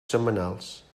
setmanals